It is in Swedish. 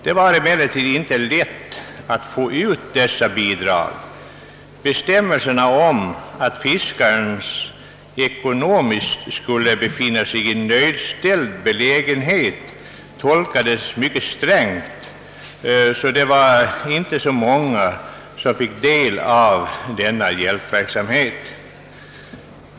Det var emellertid inte lätt att få ut dessa bidrag. Bestämmelsen om att fiskaren skulle befinna sig i ekonomiskt nödställd belägenhet tolkades mycket strängt, och det var inte många som fick del av denna hjälp.